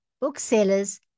booksellers